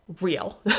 real